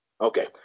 Okay